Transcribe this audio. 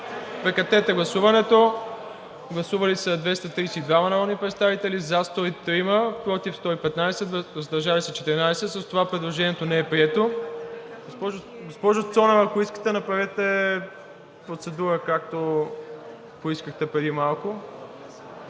Гласували 232 народни представители: за 103, против 115, въздържали се 14. Предложението не е прието. Госпожо Цонева, ако искате, направете процедура, както поискахте преди малко.